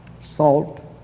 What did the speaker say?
Salt